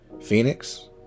Phoenix